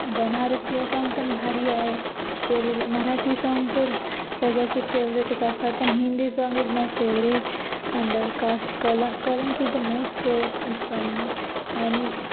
बनारसिया song पण भारी आहे तेलगू मराठी साँग तर सगळ्याचे फेवरेटच असतात पण Hindi song is my favourite आणि डरकास कल Kalank is a most favourite इ साँग माय आणि